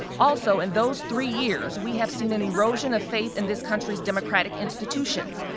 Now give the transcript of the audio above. also, in those three years, we have seen an erosion of faith in this country's democratic institutions.